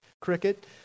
cricket